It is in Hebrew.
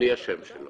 בלי השם שלו.